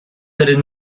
tres